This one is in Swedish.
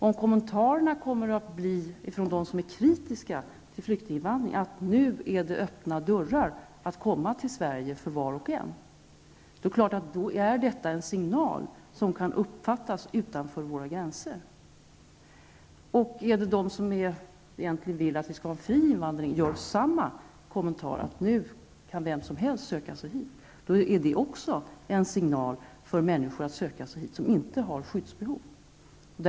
Om kommentarerna från dem som är kritiska till flyktinginvandring blir att det nu är öppna dörrar för var och en att komma till Sverige, är detta helt klart en signal som kan uppfattas utanför våra gränser. Om de som egentligen vill att vi skall ha fri invandring gör samma kommentar, att vem som helst nu kan söka sig hit, är det också en signal för människor som inte har skyddsbehov att söka sig hit.